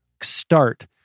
start